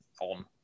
on